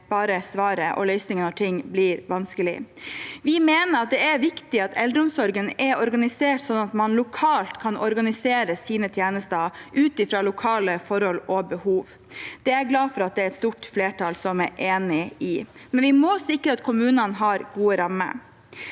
er svaret og løsningen når ting blir vanskelig. Vi mener det er viktig at eldreomsorgen er organisert sånn at man lokalt kan organisere sine tjenester ut ifra lokale forhold og behov. Det er jeg glad for at det er et stort flertall som er enig i. Vi må sikre at kommunene har gode rammer.